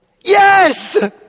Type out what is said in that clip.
Yes